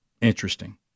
Interesting